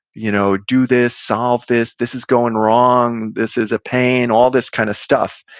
you know do this, solve this, this is going wrong, this is a pain, all this kind of stuff.